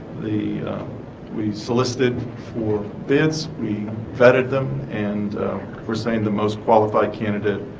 the we solicited for bids we vetted them and we're saying the most qualified candidate